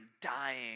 dying